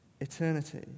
eternity